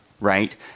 right